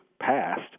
passed